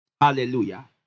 Hallelujah